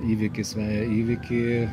įvykis veja įvykį